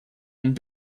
and